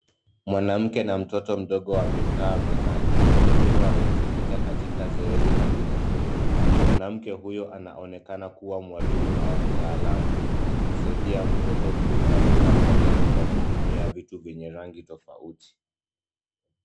Mwanamke na mtoto mdogo wamekaa mezani wakiwa wamejikita katika zoezi la kujifunza. Mwanamke huyo anaonekana kuwa mwalimu au mtaalumu akimsaidia mtoto kutamka maneno kwa kutumia vitu vyenye rangi tofauti.